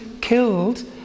killed